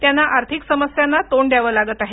त्यांना आर्थिक समस्यांना तोंड द्यावे लागत आहे